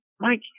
Mike